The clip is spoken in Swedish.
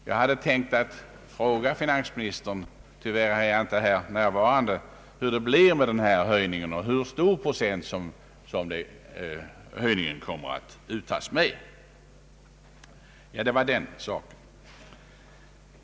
Jag hade tänkt fråga finansministern — som tyvärr inte är närvarande — hur det blir med denna höjning och med hur stor procent höjningen kommer att uttagas.